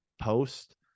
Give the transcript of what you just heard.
post